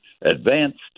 Advanced